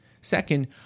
Second